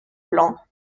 blancs